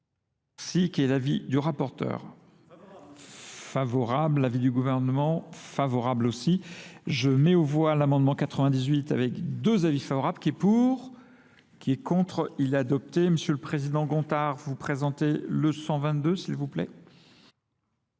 Merci, qui est l'avis du rapporteur. favorable, l'avis du gouvernement favorable aussi. Je mets au voie l'amendement 98 avec deux avis favorables, qui est pour, qui est contre. Il est adopté. Monsieur le Président Gontard, vous présentez le 122, s'il vous plaît.